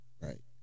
right